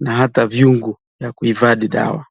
na hata vyungu vya kuhifadhi dawa.